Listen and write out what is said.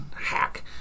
hack